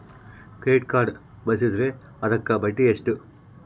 Credit card ಬಳಸಿದ್ರೇ ಅದಕ್ಕ ಬಡ್ಡಿ ಎಷ್ಟು?